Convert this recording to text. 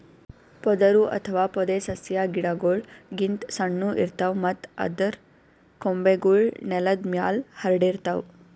ಪೊದರು ಅಥವಾ ಪೊದೆಸಸ್ಯಾ ಗಿಡಗೋಳ್ ಗಿಂತ್ ಸಣ್ಣು ಇರ್ತವ್ ಮತ್ತ್ ಅದರ್ ಕೊಂಬೆಗೂಳ್ ನೆಲದ್ ಮ್ಯಾಲ್ ಹರ್ಡಿರ್ತವ್